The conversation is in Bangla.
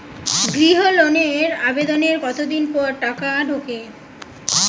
গৃহ লোনের আবেদনের কতদিন পর টাকা ঢোকে?